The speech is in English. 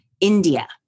India